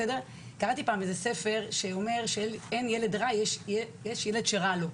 קראתי פעם ספר שאומר שאין ילד רע, יש ילד שרע לו.